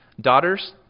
daughters